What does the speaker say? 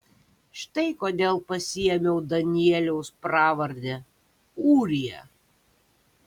štai kodėl pasiėmiau danieliaus pravardę ūrija